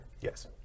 Yes